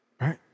right